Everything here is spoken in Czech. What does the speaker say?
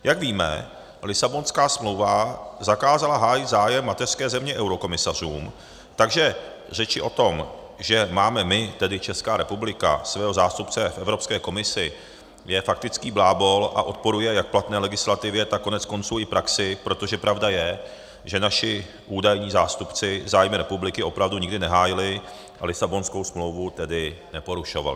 Jak víme, Lisabonská smlouva zakázala hájit zájem mateřské země eurokomisařům, takže řeči o tom, že máme my, tedy Česká republika, svého zástupce v Evropské komisi je faktický blábol a odporuje jak platné legislativě, tak koneckonců i praxi, protože pravda je, že naši údajní zástupci zájmy republiky opravdu nikdy nehájili, a Lisabonskou smlouvu tedy neporušovali.